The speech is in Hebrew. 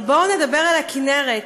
אבל בואו נדבר על הכינרת: